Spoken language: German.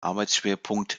arbeitsschwerpunkt